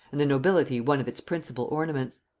and the nobility one of its principal ornaments.